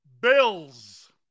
Bills